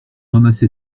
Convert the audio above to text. ramassé